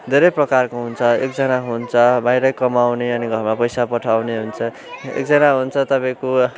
धेरै प्रकारको हुन्छ एकजना हुन्छ बाहिर कमाउने अनि घर पैसा पठाउने हुन्छ एकजना हुन्छ तपाईँको